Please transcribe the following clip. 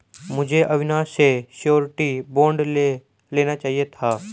मुझे अविनाश से surety bond ले लेना चाहिए था